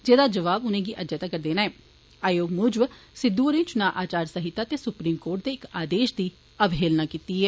जेदा जवाब उनेंगी अज्ज देना ऐ आयोग मूजब सिद्दू होरें चुनां आचार संहिता ते सुप्रीम कोर्ट दे इक आदेष दी अवहेलना कीती ऐ